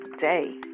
day